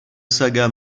saga